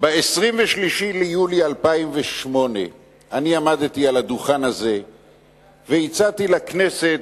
ב-23 ביולי 2008 אני עמדתי על הדוכן הזה והצעתי לכנסת